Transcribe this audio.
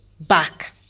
back